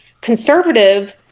conservative